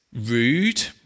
rude